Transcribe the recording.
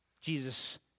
Jesus